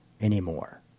anymore